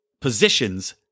positions